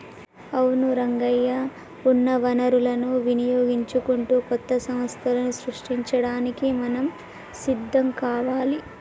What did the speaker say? అవును రంగయ్య ఉన్న వనరులను వినియోగించుకుంటూ కొత్త సంస్థలను సృష్టించడానికి మనం సిద్ధం కావాలి